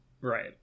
Right